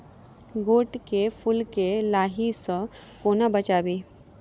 गोट केँ फुल केँ लाही सऽ कोना बचाबी?